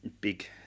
Big